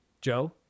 Joe